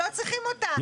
לא צריכים אותה.